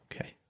okay